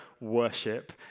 worship